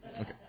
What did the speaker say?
okay